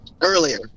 earlier